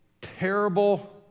terrible